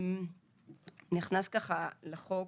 נכנס לחוק